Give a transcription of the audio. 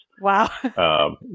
Wow